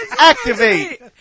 Activate